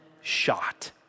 shot